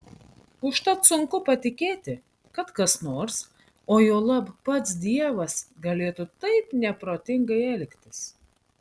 užtat sunku patikėti kad kas nors o juolab pats dievas galėtų taip neprotingai elgtis